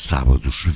Sábados